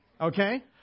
Okay